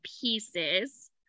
pieces